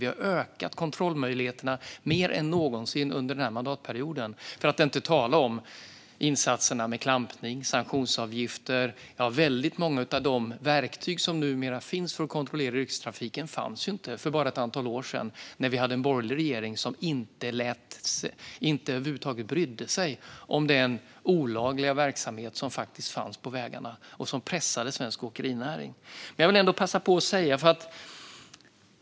Vi har under denna mandatperiod ökat kontrollmöjligheterna mer än någonsin. För att inte tala om insatserna med klampning, sanktionsavgifter och många av de verktyg som numera finns för att kontrollera yrkestrafiken men som inte fanns för bara ett antal år sedan när vi hade en borgerlig regering som över huvud taget inte brydde sig om den olagliga verksamhet som faktiskt fanns på vägarna och som pressade svensk åkerinäring.